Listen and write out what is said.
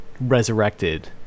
resurrected